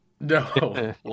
No